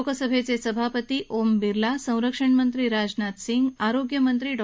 लोकसभा अध्यक्ष ओम विर्ला संरक्षणमंत्री राजनाथ सिंह आरोग्यमंत्री डॉ